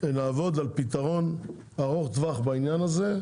נעבוד על פתרון ארוך טווח בעניין הזה,